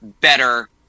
better